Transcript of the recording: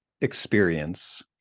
experience